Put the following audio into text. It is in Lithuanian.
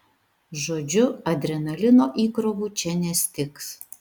žodžiu adrenalino įkrovų čia nestigs